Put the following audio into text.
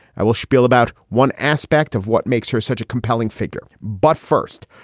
i will shpiel about one aspect of what makes her such a compelling figure. but first,